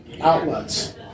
outlets